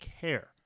care